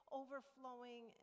overflowing